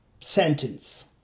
sentence